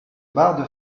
barre